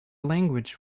language